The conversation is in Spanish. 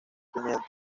pimienta